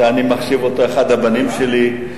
שאני מחשיב אותו לאחד הבנים שלי.